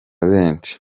benshi